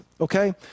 okay